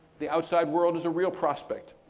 the outside world is a real prospect.